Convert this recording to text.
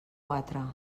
quatre